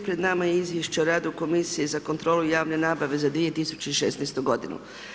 Pred nama je izvješće o radu Komisije za kontrolu i javne nabave za 2016. godinu.